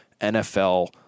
NFL